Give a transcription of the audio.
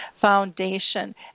Foundation